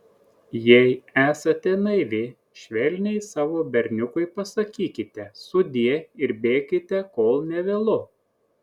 jei esate naivi švelniai savo berniukui pasakykite sudie ir bėkite kol nevėlu